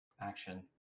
Action